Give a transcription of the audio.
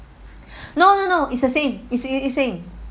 no no no it's the same it's same